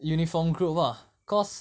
uniform group lah cause